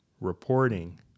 reporting